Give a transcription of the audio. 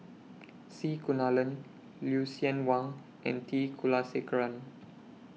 C Kunalan Lucien Wang and T Kulasekaram